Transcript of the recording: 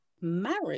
marriage